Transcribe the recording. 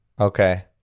Okay